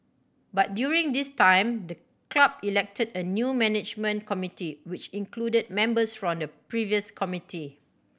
but during this time the club elected a new management committee which included members from the previous committee